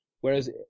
Whereas